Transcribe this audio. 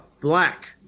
black